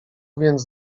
więc